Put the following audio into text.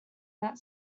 that